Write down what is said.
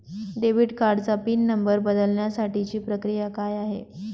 Debit कार्डचा pin number बदलण्यासाठीची प्रक्रिया काय आहे?